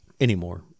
Anymore